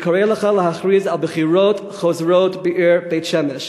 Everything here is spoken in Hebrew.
אני קורא לך להכריז על בחירות חוזרות בעיר בית-שמש.